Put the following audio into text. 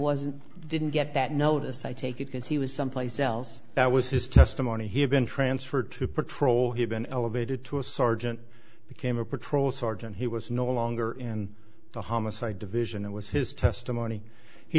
wasn't didn't get that notice i take it because he was someplace else that was his testimony he had been transferred to patrol he'd been elevated to a sergeant became a patrol sergeant he was no longer in the homicide division it was his testimony he